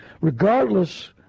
regardless